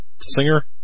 singer